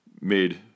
made